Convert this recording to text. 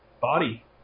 body